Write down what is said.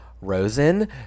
Rosen